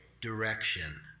direction